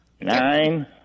Nine